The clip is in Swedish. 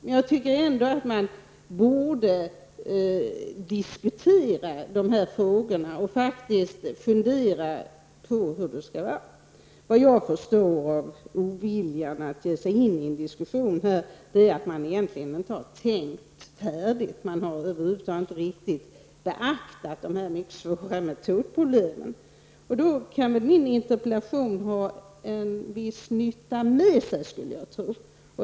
Men jag tycker att man borde diskutera de här frågorna och fundera över hur det skall vara. Såvitt jag förstår beror oviljan att ge sig in i en diskussion på att man egentligen inte har tänkt färdigt. Man har över huvud taget inte riktigt beaktat dessa svåra metodproblem. Min interpellation kan ha en viss nytta med sig, skulle jag tro.